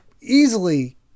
easily